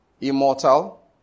immortal